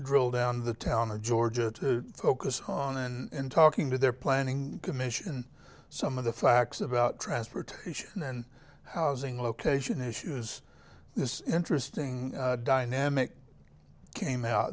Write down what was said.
drilled down the town of georgia to focus on and talking to their planning commission some of the facts about transportation and housing location issues this interesting dynamic came out